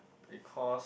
because